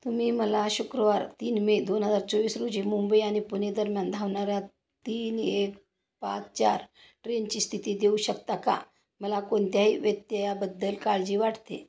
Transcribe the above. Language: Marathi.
तुम्ही मला शुक्रवार तीन मे दोन हजार चोवीस रोजी मुंबई आणि पुणे दरम्यान धावणाऱ्या तीन एक पाच चार ट्रेनची स्थिती देऊ शकता का मला कोणत्याही व्यत्ययाबद्दल काळजी वाटते